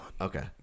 Okay